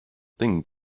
thing